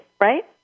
right